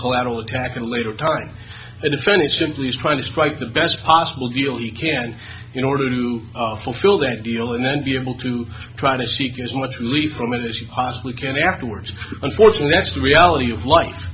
collateral attack a later time in the furniture at least try to strike the best possible deal you can in order to fulfill that deal and then be able to try to seek as much relief from as you possibly can afterwards unfortunately that's the reality of life